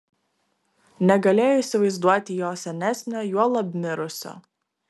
negalėjo įsivaizduoti jo senesnio juolab mirusio